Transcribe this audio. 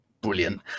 brilliant